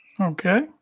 Okay